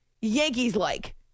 Yankees-like